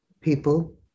people